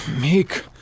Meek